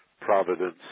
Providence